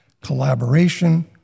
collaboration